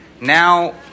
now